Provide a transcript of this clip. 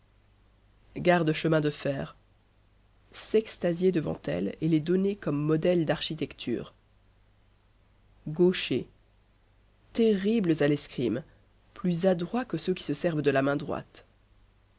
de chemin de fer s'extasier devant elles et les donner comme modèles d'architecture gauchers terribles à l'escrime plus adroits que ceux qui se servent de la main droite